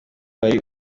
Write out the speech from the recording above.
wari